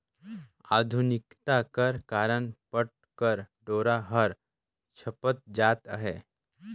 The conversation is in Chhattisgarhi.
आधुनिकता कर कारन पट कर डोरा हर छपत जात अहे